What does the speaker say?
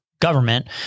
government